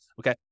Okay